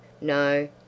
No